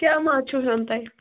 کیاہ ماز چھو ہیٚون تۄہہِ